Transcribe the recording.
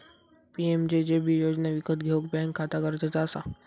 PMJJB योजना विकत घेऊक बॅन्क खाता गरजेचा असा